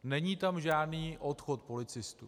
Není tam žádný odchod policistů.